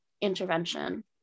intervention